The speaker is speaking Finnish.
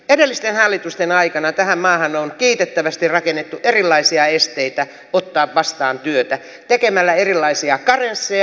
edellisten hallitusten aikana tähän maahan on kiitettävästi rakennettu erilaisia esteitä ottaa vastaan työtä tekemällä erilaisia karensseja